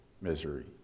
misery